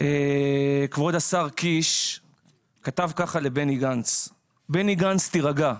כבוד השר קיש כתב ככה לבני גנץ: בני גנץ, תירגע.